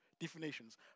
definitions